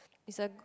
is a